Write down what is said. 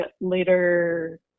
later